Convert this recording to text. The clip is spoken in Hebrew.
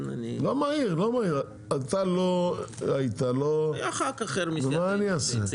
לא מהיר, לא מהיר, אתה לא היית, נו מה אני אעשה.